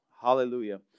Hallelujah